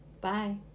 Bye